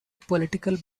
political